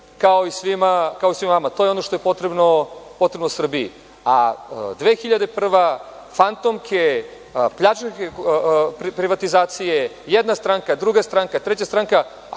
kao i svima vama. To je ono što je potrebno Srbiji, a 2001. godina, fantomke, pljačkaške privatizacije, jedna stranka, druga stranka, treća stranka,